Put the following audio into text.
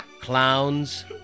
Clowns